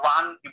one